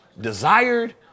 desired